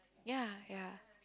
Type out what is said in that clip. ya ya